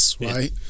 right